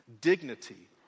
dignity